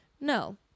No